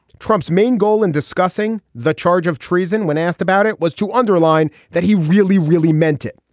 trump's main goal in discussing the charge of treason when asked about it was to underline that he really really meant it.